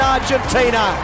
Argentina